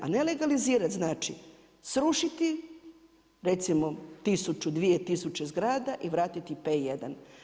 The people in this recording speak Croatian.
A nelelgalizirat znači srušiti recimo 1000, 2000 zgrada i vratiti P1.